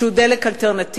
שהוא דלק אלטרנטיבי,